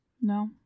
No